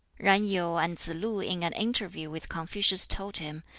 yen yu and tsz-lu in an interview with confucius told him,